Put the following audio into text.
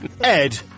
Ed